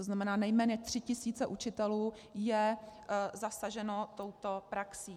To znamená, že nejméně tři tisíce učitelů jsou zasaženy touto praxí.